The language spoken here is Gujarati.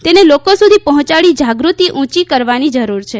તેને લોકો સુધી પહોંચાડી જાગૃતિ ઉયી કરવાની જરૂર છે